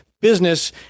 business